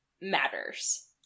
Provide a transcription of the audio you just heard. matters